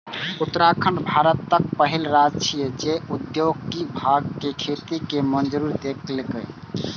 उत्तराखंड भारतक पहिल राज्य छियै, जे औद्योगिक भांग के खेती के मंजूरी देलकै